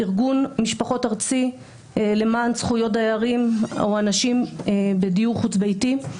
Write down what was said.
ארגון משפחות ארצי למען זכויות דיירים או אנשים בדיור חוץ-ביתי.